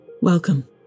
Welcome